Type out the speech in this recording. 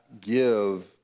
give